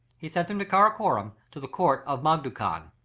he sent them to karakorum, to the court of mangu-khan.